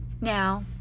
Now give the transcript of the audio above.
Now